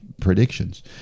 predictions